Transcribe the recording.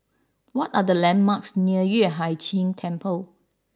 what are the landmarks near Yueh Hai Ching Temple